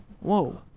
whoa